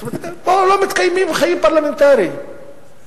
זאת אומרת, לא מתקיימים חיים פרלמנטריים פה.